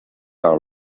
all